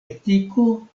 etiko